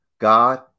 God